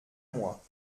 moi